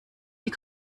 die